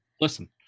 listen